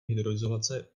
hydroizolace